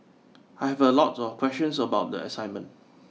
I had a lot of questions about the assignment